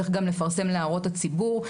צריך גם לפרסם להערות הציבור.